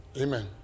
Amen